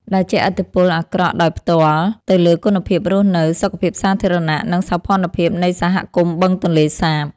ដែលជះឥទ្ធិពលអាក្រក់ដោយផ្ទាល់ទៅលើគុណភាពរស់នៅ សុខភាពសាធារណៈ និងសោភណភាពនៃសហគមន៍បឹងទន្លេសាប។